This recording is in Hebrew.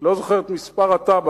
אני לא זוכר את מספר התב"ע,